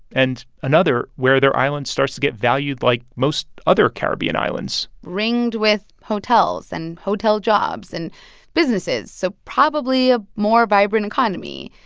and another where their island starts to get valued like most other caribbean islands ringed with hotels and hotel jobs and businesses, so probably a more vibrant economy,